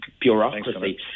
bureaucracy